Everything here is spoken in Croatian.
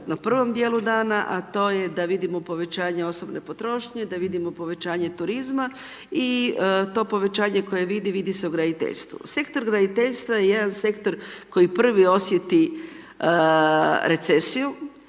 na prvom dijelu dana a to je da vidimo povećanje osobne potrošnje, da vidimo povećanje turizma i to povećanje koje vidi, vidi se u graditeljstvu. Sektor graditeljstva je jedan sektor koji prvi osjeti recesiju,